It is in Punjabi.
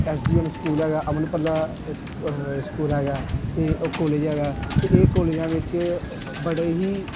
ਐਸ ਡੀ ਐਮ ਸਕੂਲ ਹੈਗਾ ਅਮਨ ਭੱਲਾ ਸਕੂਲ ਹੈਗਾ ਅਤੇ ਉਹ ਕੋਲੇਜ ਹੈਗਾ ਅਤੇ ਇਹ ਕੋਲੇਜਾਂ ਵਿੱਚ ਬੜੇ ਹੀ